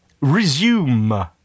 Resume